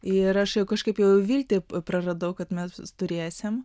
ir aš kažkaip jau viltį praradau kad mes turėsim